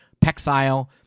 Pexile